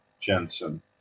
Jensen